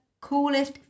coolest